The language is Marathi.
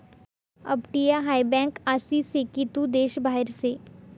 अपटीया हाय बँक आसी से की तू देश बाहेर से